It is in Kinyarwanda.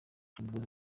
ubuyobozi